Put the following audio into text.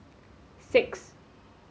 six